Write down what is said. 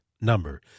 number